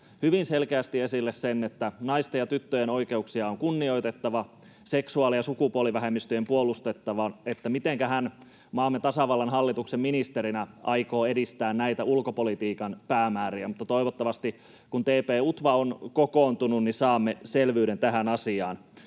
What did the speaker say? hyvin selkeästi esille sen, että naisten ja tyttöjen oikeuksia on kunnioitettava ja seksuaali- ja sukupuolivähemmistöjä on puolustettava, mitenkä hän maamme tasavallan hallituksen ministerinä aikoo edistää näitä ulkopolitiikan päämääriä. Mutta toivottavasti, kun TP-UTVA on kokoontunut, saamme selvyyden tähän asiaan.